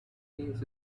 whales